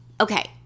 okay